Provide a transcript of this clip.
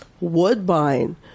Woodbine